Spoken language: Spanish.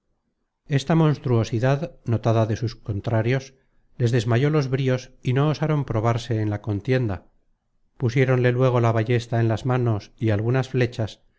barra esta monstruosidad notada de sus contrarios les desmayó los bríos y no osaron probarse en la contienda pusié ronle luego la ballesta en las manos y algunas flechas